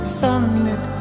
sunlit